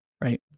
Right